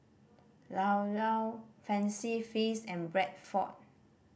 Llao Llao Fancy Feast and Bradford